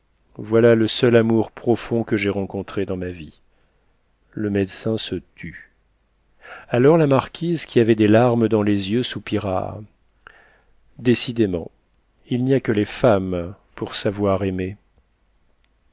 voilà le seul amour profond que j'aie rencontré dans ma vie le médecin se tut alors la marquise qui avait des larmes dans les yeux soupira décidément il n'y a que les femmes pour savoir aimer